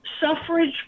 suffrage